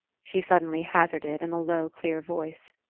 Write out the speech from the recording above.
she suddenly hazarded in a low clear voice.